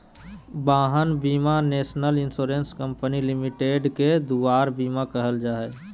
वाहन बीमा national insurance company limited के दुआर बीमा कहल जाहइ